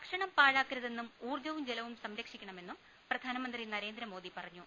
ഭക്ഷണം പാഴാക്കരുതെന്നും ഉൌർജ്ജവും ജലവും സംരക്ഷിക്കണമെന്നും പ്രധാനമന്ത്രി നരേന്ദ്രമോദി പറഞ്ഞു